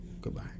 Goodbye